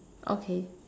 okay